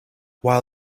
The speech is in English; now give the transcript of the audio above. while